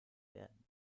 werden